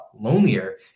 lonelier